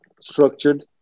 structured